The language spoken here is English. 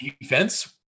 defense